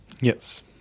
Yes